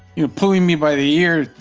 you know, pulling me by the ear,